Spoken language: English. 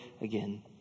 again